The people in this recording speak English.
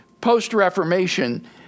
post-Reformation